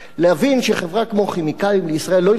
להבין שחברה כמו "כימיקלים לישראל" לא יכולה